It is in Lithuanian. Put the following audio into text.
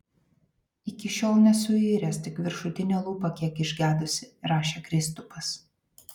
iki šiol nesuiręs tik viršutinė lūpa kiek išgedusi rašė kristupas